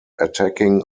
attacking